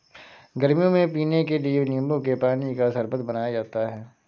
गर्मियों में पीने के लिए नींबू के पानी का शरबत बनाया जाता है